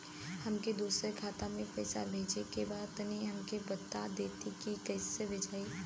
हमके दूसरा खाता में पैसा भेजे के बा तनि हमके बता देती की कइसे भेजाई?